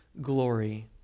glory